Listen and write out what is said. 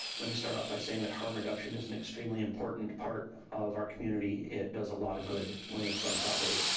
let me start off by saying that harm reduction is an extremely important part of our community. it does a lot of good when it's done properly.